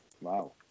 Wow